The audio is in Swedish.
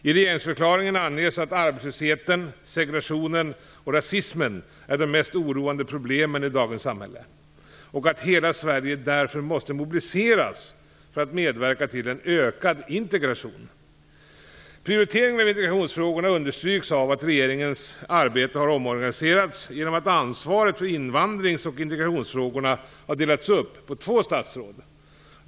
I regeringsförklaringen anges att arbetslösheten, segregationen och rasismen är de mest oroande problemen i dagens samhälle och att hela Sverige därför måste mobiliseras för att medverka till en ökad integration. Prioriteringen av integrationsfrågorna understryks av att regeringens arbete har omorganiserats genom att ansvaret för invandrings och integrationsfrågorna har delats upp på två statsråd.